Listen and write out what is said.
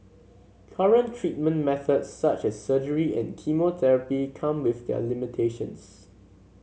current treatment methods such as surgery and chemotherapy come with their limitations